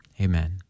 Amen